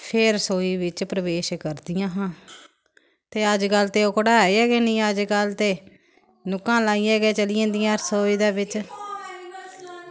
फिर रसोई बिच्च प्रवेश करदियां हां ते अजकल्ल ते ओह्कड़ा है गै निं ऐ अजकल्ल ते नुक्कां लाइयै गै चली जंदियां रसोई दे बिच्च